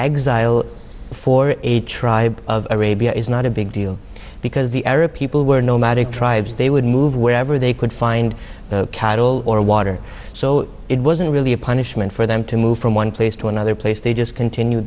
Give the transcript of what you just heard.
exile for a tribe of arabia is not a big deal because the arab people were nomadic tribes they would move wherever they could find cattle or water so it wasn't really a punishment for them to move from one place to another place they just continue